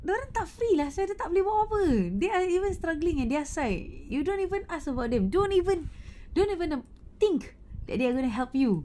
dia orang tak free lah so tak boleh buat apa-apa they are even struggling at their side you don't even ask about them don't even don't even err think that they are going to help you